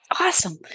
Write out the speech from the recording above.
Awesome